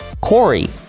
Corey